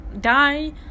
die